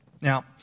Now